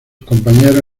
compañeros